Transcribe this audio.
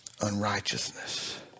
unrighteousness